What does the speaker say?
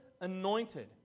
anointed